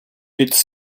its